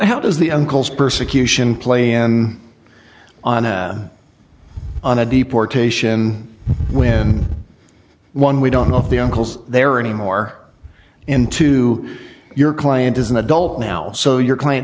does the uncle's persecution play in on a on a deportation when one we don't know of the uncles there are any more into your client as an adult now so your client